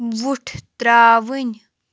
وُٹھ ترٛاوٕنۍ